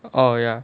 oh ya